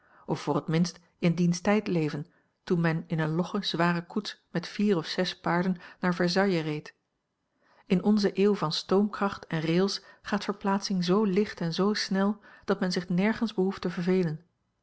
of voor het minst in diens tijd leven toen men in eene logge zware koets met vier of zes paarden naar versailles reed in onze eeuw van stoomkracht en rails gaat verplaatsing zoo licht en zoo snel dat men zich nergens behoeft te vervelen